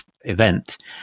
event